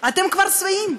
אתם כבר שבעים,